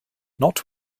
not